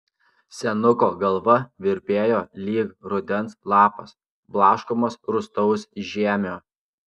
senuko galva virpėjo lyg rudens lapas blaškomas rūstaus žiemio